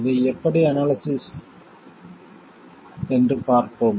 இதை எப்படி அனாலிசிஸ் என்று பார்ப்போம்